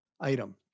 item